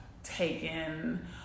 taken